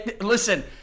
Listen